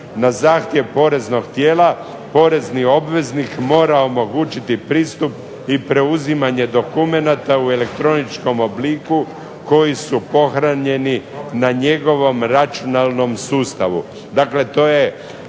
"Na zahtjev poreznog tijela porezni obveznik mora omogućiti pristup i preuzimanje dokumenata u elektroničkom obliku koji su pohranjeni na njegovom računalnom sustavu."